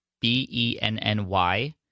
B-E-N-N-Y